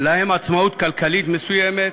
להם עצמאות כלכלית מסוימת,